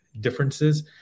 differences